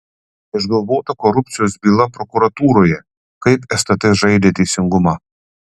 išgalvota korupcijos byla prokuratūroje kaip stt žaidė teisingumą